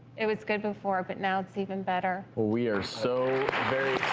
it was good before but now it's even better. we are so very